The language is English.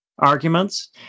arguments